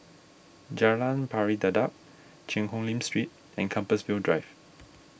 Jalan Pari Dedap Cheang Hong Lim Street and Compassvale Drive